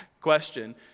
Question